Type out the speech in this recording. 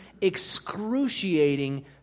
excruciating